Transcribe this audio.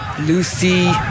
Lucy